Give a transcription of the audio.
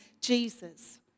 Jesus